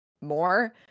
more